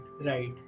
right